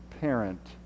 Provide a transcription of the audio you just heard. parent